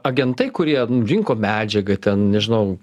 agentai kurie rinko medžiagą ten nežinau